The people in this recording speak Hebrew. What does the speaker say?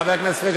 חבר הכנסת פריג',